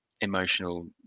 emotional